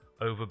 over